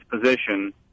position